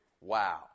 Wow